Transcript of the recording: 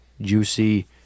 juicy